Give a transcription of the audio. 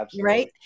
Right